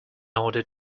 order